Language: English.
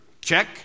Check